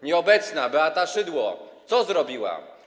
Nieobecna Beata Szydło co zrobiła?